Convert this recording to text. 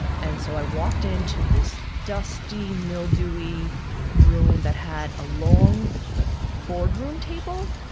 and so i walked into this dusty, mildewy room that had a long, like boardroom table,